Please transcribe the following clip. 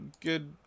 good